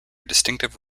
distinctive